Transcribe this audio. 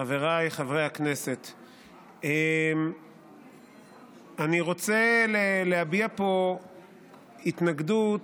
חבריי חברי הכנסת, אני רוצה להביע פה התנגדות,